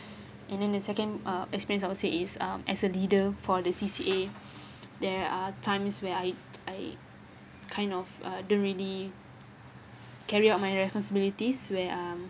and then the second uh experience I would say is um as a leader for the C_C_A there are times where I I kind of uh don't really carry out my responsibilities where um